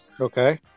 Okay